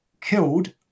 killed